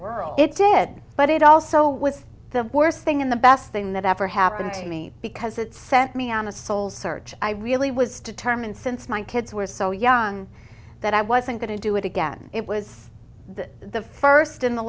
world it did but it also was the worst thing in the best thing that ever happened to me because it sent me on a soul search i really was determined since my kids were so young that i wasn't going to do it again it was the first in the